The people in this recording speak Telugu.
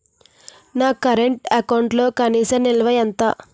నా కరెంట్ అకౌంట్లో కనీస నిల్వ ఎంత?